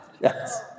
Yes